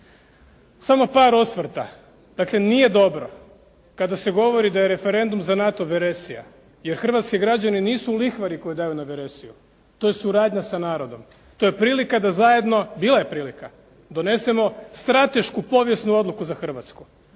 Samo par osvrta. Dakle, nije dobro kada se govori da je referendum za NATO veresija, jer hrvatski građani nisu lihvari koji daju na veresiju. To je suradnja sa narodom. To je prilika da zajedno, bila je prilika donesemo stratešku, povijesnu odluku za Hrvatsku.